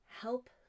help